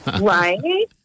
Right